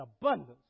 abundance